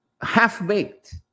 half-baked